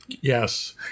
Yes